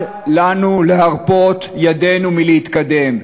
אל לנו להרפות ידינו מלהתקדם.